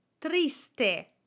triste